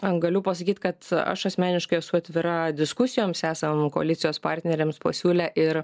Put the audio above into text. an galiu pasakyt kad aš asmeniškai esu atvira diskusijoms esam koalicijos partneriams pasiūlę ir